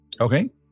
Okay